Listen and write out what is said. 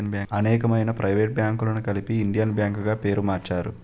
అనేకమైన ప్రైవేట్ బ్యాంకులను కలిపి ఇండియన్ బ్యాంక్ గా పేరు మార్చారు